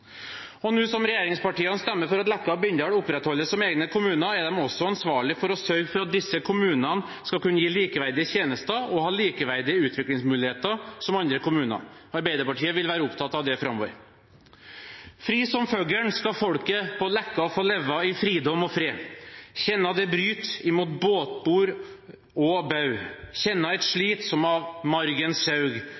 regjeringen? Nå som regjeringspartiene stemmer for at Leka og Bindal opprettholdes som egne kommuner, er de også ansvarlig for å sørge for at disse kommunene kan gi likeverdige tjenester og ha likeverdige utviklingsmuligheter sammenlignet med andre kommuner. Arbeiderpartiet vil være opptatt av dette fremover. «Fri som føggeln ska folket på Leka få leva i fridom og fred. Kjenna det bryt imot båtbord og